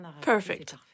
Perfect